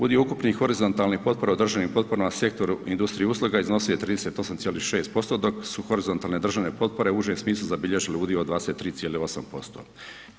Udio ukupnih horizontalnih potpora u državnim potporama, sektoru industrija i usluga iznosio je 38,6% dok su horizontalne državne potpore u užem smislu zabilježile udio od 23,8%